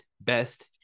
best